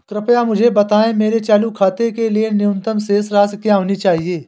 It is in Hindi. कृपया मुझे बताएं मेरे चालू खाते के लिए न्यूनतम शेष राशि क्या होनी चाहिए?